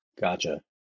Gotcha